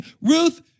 Ruth